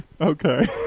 Okay